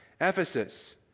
Ephesus